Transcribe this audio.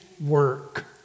work